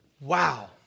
Wow